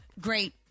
Great